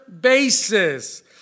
basis